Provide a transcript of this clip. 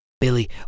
Billy